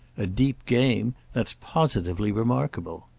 a deep game that's positively remarkable.